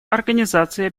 организации